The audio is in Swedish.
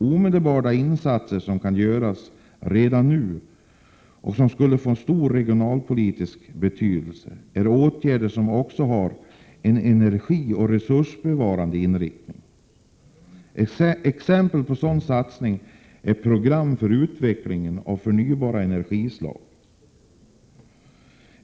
Omedelbara insatser som kan göras redan nu — och som skulle få stor regionalpolitisk betydelse — är åtgärder som också har en energioch resursbevarande inriktning. Exempel på sådana satsningar är program för utveckling av förnybara energislag.